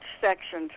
section